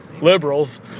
liberals